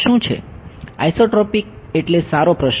isotropic એટલે સારો પ્રશ્ન